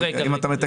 רגע.